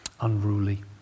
unruly